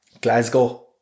Glasgow